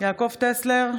יעקב טסלר,